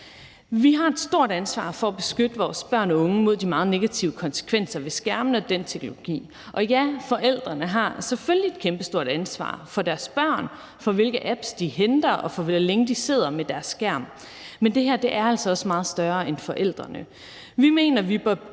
Vi har et stort ansvar for at beskytte vores børn og unge mod de meget negative konsekvenser ved skærmene og den teknologi, og ja, forældrene har selvfølgelig et kæmpestort ansvar for deres børn, for, hvilke apps de henter, og for, hvor længe de sidder med deres skærm. Men det her er altså også meget større end forældrene. Vi mener, at vi bør